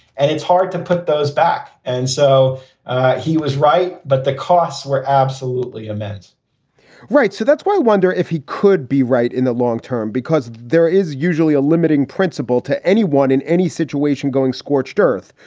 and it's hard to put those back. and so he was right. but the costs were absolutely immense right. so that's why i wonder if he could be right in the long term, because there is usually a limiting principle to anyone in any situation going scorched earth,